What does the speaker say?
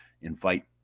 invite